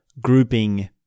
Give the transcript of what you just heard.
grouping